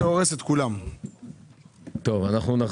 נצביע.